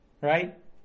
right